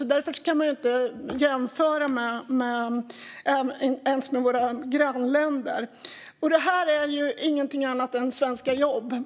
Vi kan inte ens jämföra med våra grannländer. Detta är ingenting annat än svenska jobb.